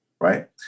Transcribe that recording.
right